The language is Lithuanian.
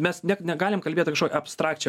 mes ne negalim kalbėt apie kažkokią abstrakčią